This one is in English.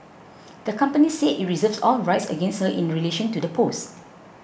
the company said it reserves all rights against her in relation to the post